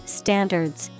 standards